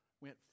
went